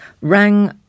rang